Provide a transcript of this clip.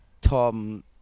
Tom